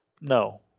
No